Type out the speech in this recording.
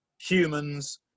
humans